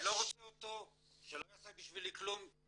אני לא רוצה אותו שלא יעשה בשבילי כלום,